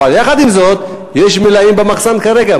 יחד עם זאת, יש מלאים במחסן כרגע.